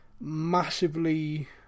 massively